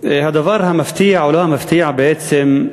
הדבר המפתיע, או לא המפתיע, בעצם,